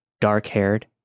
dark-haired